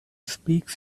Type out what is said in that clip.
speaks